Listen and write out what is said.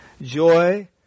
Joy